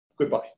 Goodbye